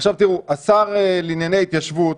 עכשיו, תראו, השר לענייני ההתיישבות,